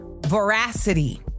veracity